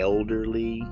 Elderly